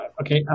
Okay